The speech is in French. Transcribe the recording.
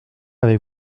avec